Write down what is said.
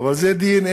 אבל זה דנ"א.